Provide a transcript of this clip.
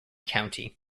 county